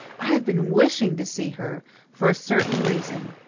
i have been wishing to see her for a certain reason.